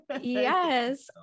yes